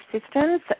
systems